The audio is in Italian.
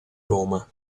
roma